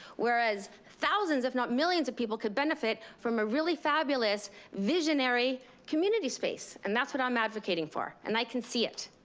whereas thousands, if not millions of people could benefit from a really fabulous visionary community space. and that's what i'm advocating for. and i can see it.